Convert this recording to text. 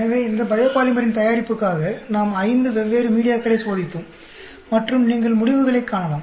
எனவே இந்த பயோபாலிமரின் தயாரிப்புக்காக நாம் ஐந்து வெவ்வேறு மீடியாக்களை சோதித்தோம் மற்றும் நீங்கள் முடிவுகளைக் காணலாம்